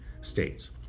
states